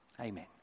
Amen